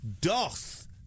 doth